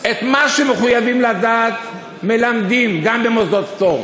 את מה שמחויבים לדעת מלמדים גם במוסדות פטור.